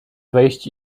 wejść